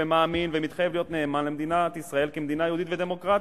מאמין ומתחייב להיות נאמן למדינת ישראל כמדינה יהודית ודמוקרטית.